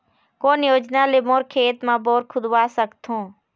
कोन योजना ले मोर खेत मा बोर खुदवा सकथों?